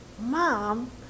Mom